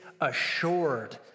assured